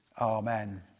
Amen